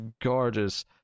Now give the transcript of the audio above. gorgeous